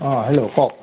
অ' hello কওক